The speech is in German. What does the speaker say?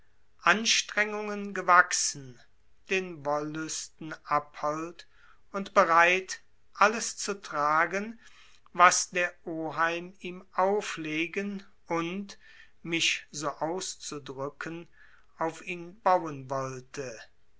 anstrengungen gewachsen den wollüsten abhold und bereit alles zu tragen was der oheim ihm auflegen und mich so auszudrücken auf ihn bauen wollte